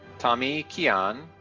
tommy qian,